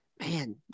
man